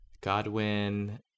Godwin